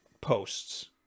posts